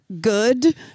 good